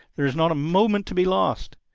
there's not a moment to be lost.